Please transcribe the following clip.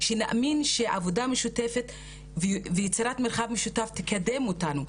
שנאמין שעבודה משותפת ויצירת מרחב משותף תקדם אותנו,